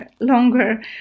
longer